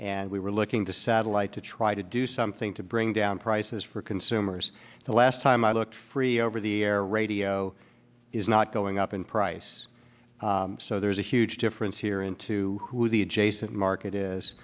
and we were looking to satellite to try to do something to bring down prices for consumers the last time i looked free over the air radio is not going up in price so there's a huge difference here into who the adjacent market is